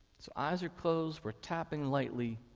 so eyes are closed, we're tapping lightly,